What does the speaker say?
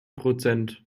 prozent